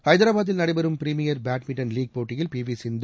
ஐதராபாத்தில் நடைபெறும் premier badminton league போட்டியில் பி வி சிந்து